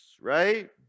right